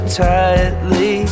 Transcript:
tightly